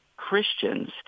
Christians